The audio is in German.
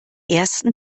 ersten